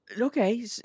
Okay